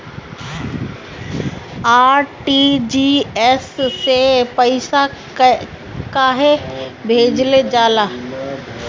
RTGS से पइसा कहे भेजल जाला?